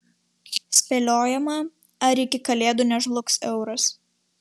spėliojama ar iki kalėdų nežlugs euras